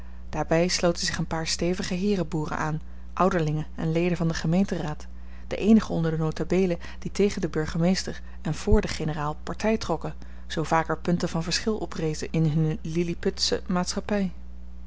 daarbij sloten zich een paar stevige heerenboeren aan ouderlingen en leden van den gemeenteraad de eenigen onder de notabelen die tegen den burgemeester en vr den generaal partij trokken zoo vaak er punten van verschil oprezen in hunne lilliputsche maatschappij